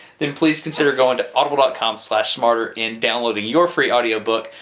then please consider going to audible dot com slash smarter and downloading your free audiobook,